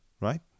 right